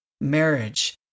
marriage